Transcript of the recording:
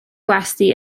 gwesty